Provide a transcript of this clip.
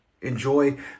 Enjoy